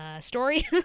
Story